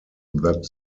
that